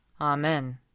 Amen